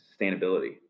sustainability